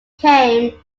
became